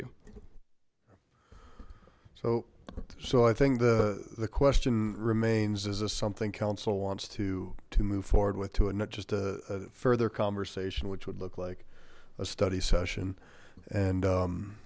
you so so i think the the question remains is this something council wants to to move forward with to it not just a further conversation which would look like a study session and